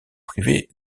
privées